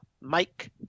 Mike